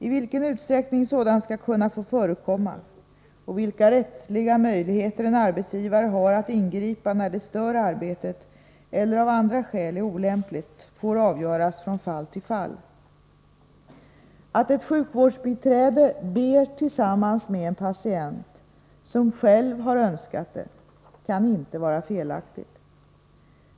I vilken utsträckning sådant skall kunna få förekomma och vilka rättsliga möjligheter en arbetsgivare har att ingripa när det stör arbetet eller av andra skäl är olämpligt får avgöras från fall till fall. Att ett sjukvårdsbiträde ber tillsam mans med en patient som själv har önskat det kan inte vara felaktigt.